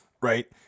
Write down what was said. Right